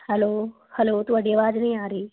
hello hello ਤੁਹਾਡੀ ਆਵਾਜ਼ ਨਹੀਂ ਆ ਰਹੀ